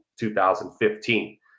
2015